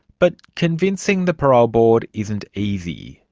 but convincing the parole board isn't easy.